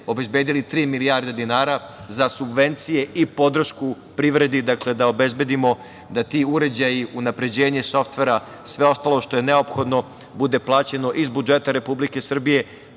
obezbedili tri milijarde dinara za subvencije i podršku priredi. Dakle, da obezbedimo da ti uređaji, unapređenje softvera, sve ostalo što je neophodno bude plaćeno iz budžeta Republike Srbije. Vrlo